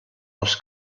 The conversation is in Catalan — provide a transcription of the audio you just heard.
als